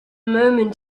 moment